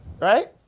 Right